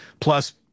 Plus